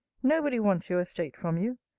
nobody wants you estate from you.